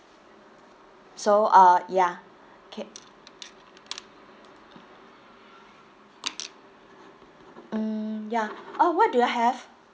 so uh ya can um ya uh what do you all have